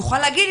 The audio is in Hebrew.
תוכל להגיד,